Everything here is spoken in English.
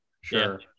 Sure